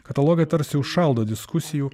katalogai tarsi užšaldo diskusijų